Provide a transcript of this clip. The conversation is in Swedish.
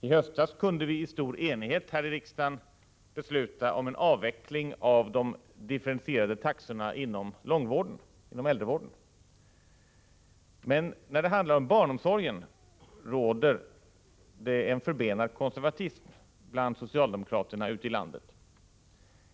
I höstas kunde vi här i riksdageni stor enighet besluta om en avveckling av de differentierade taxorna inom långvården och äldrevården, men när det handlar om barnomsorgen råder en förbenad konservatism bland socialdemokraterna ute i landet.